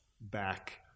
back